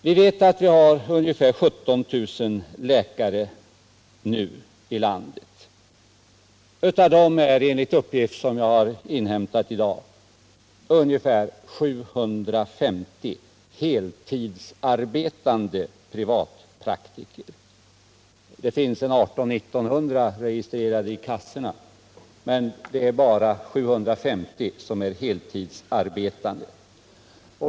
Vi vet att vi nu har ungefär 17 000 läkare i landet. Av dem är, enligt uppgifter som jag har inhämtat i dag, ungefär 750 heltidsarbetande privatpraktiker. Det finns 1 800-1 900 registrerade i kassorna, men det är bara 750 som är heltidsarbetande.